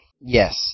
yes